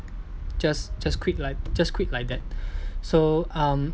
just just quit like just quit like that so um